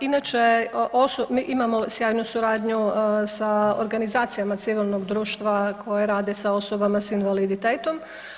Inače, mi imamo sjajnu suradnju sa organizacijama civilnog društva koje rade sa osobama s invaliditetom.